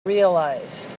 realized